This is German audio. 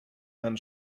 herrn